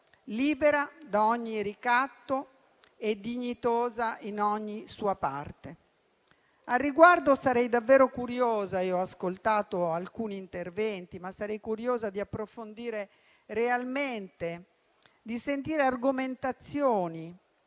libera da ogni ricatto e dignitosa in ogni sua parte. Al riguardo sarei davvero curiosa - ho ascoltato alcuni interventi - di approfondire realmente e di sentire argomentazioni